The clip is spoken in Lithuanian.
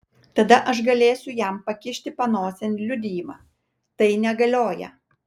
tada aš galėsiu jam pakišti panosėn liudijimą tai negalioja